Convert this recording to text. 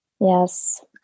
Yes